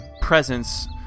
presence